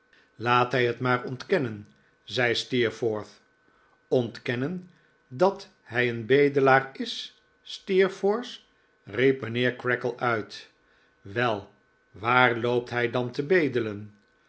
laat hij het maar ontkennen zei steerforth ontkennen dat hij een bedelaar is steerforth riep mijnheer creakle uit wel waar loopt hij dan te bedelen